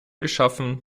geschaffen